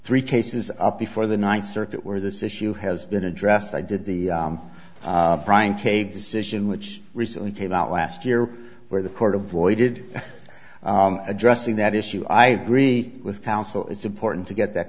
three cases up before the ninth circuit where this issue has been addressed i did the brian k decision which recently came out last year where the court avoided addressing that issue i agree with counsel it's important to get that